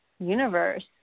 universe